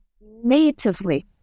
natively